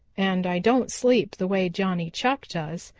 and i don't sleep the way johnny chuck does.